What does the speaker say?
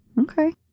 Okay